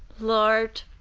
lord,